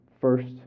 first